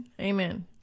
Amen